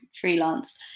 freelance